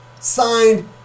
signed